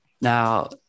Now